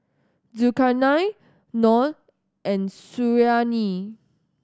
Zulkarnain Noh and Suriani